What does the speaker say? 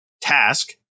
task